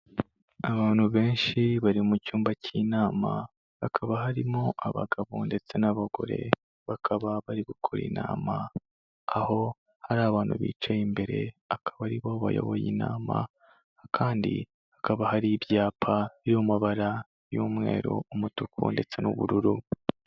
Abantu benshi bari mu cyumba cy'inama, hakaba harimo abagabo ndetse n'abagore, bakaba bari gukora inama, aho hari abantu bicaye imbere, akaba ari bo bayoboye inama kandi hakaba hari ibyapa biri mu mabara y'umweru, umutuku ndetse n'ubururu.